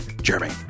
jeremy